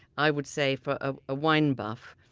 i would say for a wine buff,